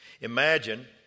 Imagine